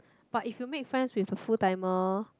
but if you make friends with a full timer